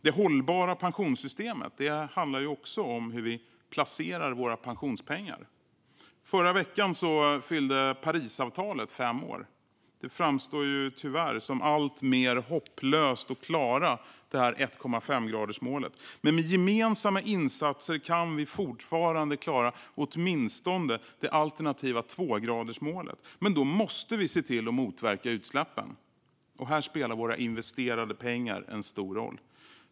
Det hållbara pensionssystemet handlar dock även om hur vi placerar våra pensionspengar. Förra veckan fyllde Parisavtalet fem år. Det framstår tyvärr som alltmer hopplöst att klara 1,5-gradersmålet. Men med gemensamma insatser kan vi fortfarande klara åtminstone det alternativa 2-gradersmålet. Men då måste vi se till att motverka utsläppen. Här spelar våra investerade pengar en stor roll.